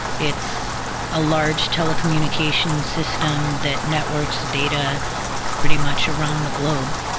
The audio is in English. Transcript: it's a large telecommunication system that networks data pretty much around the globe.